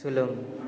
सोलों